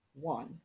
One